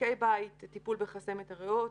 מרותקי בית, טיפול בחסמת הריאות,